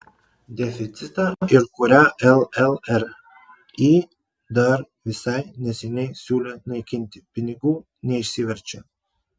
deficitą ir kurią llri dar visai neseniai siūlė naikinti pinigų neišsiverčia